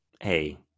hey